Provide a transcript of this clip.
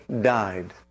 died